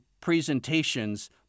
presentations